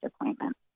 appointment